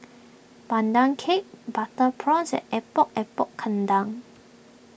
Pandan Cake Butter Prawns and Epok Epok Kentang